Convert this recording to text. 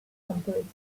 completing